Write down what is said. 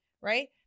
right